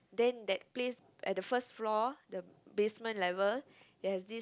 then that place at the first floor the basement level there's this